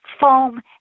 Foam